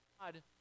God